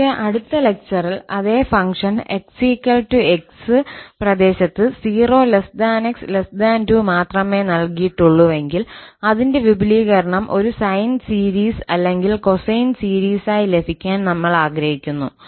പക്ഷേ അടുത്ത ലെക്ചറിൽ അതേ ഫംഗ്ഷൻ 𝑥 𝑥 പ്രദേശത്ത് 0 𝑥 2 മാത്രമേ നൽകിയിട്ടുള്ളൂവെങ്കിൽ അതിന്റെ വിപുലീകരണം ഒരു സൈൻ സീരീസ് അല്ലെങ്കിൽ കൊസൈൻ സീരീസായി ലഭിക്കാൻ നമ്മൾ ആഗ്രഹിക്കുന്നു